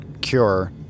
cure